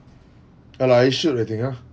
ya lah I should I think ah